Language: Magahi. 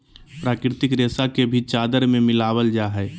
प्राकृतिक रेशा के भी चादर में मिलाबल जा हइ